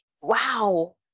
wow